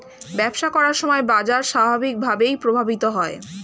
ব্যবসা করার সময় বাজার স্বাভাবিকভাবেই প্রভাবিত হয়